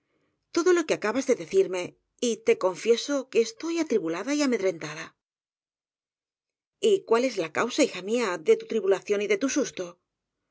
chacha todo lo que acabas de decirme y te con fieso que estoy atribulada y amedrentada y cuál es la causa hija mía de tu atribula ción y de tu susto